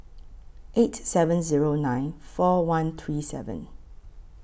eight seven Zero nine four one three seven